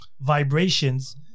vibrations